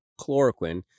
chloroquine